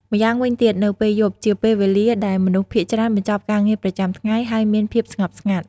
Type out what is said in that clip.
ម្យ៉ាងវិញទៀតនៅពេលយប់ជាពេលវេលាដែលមនុស្សភាគច្រើនបញ្ចប់ការងារប្រចាំថ្ងៃ ហើយមានភាពស្ងប់ស្ងាត់ ។